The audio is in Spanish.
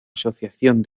asociación